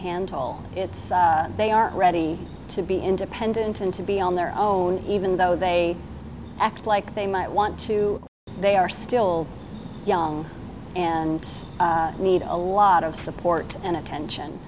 handle it they are ready to be independent and to be on their own even though they act like they might want to they are still young and need a lot of support and attention